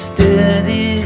Steady